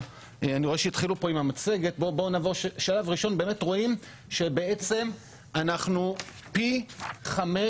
בוא נעבור שלב ראשון באמת רואים שבעצם אנחנו פי חמש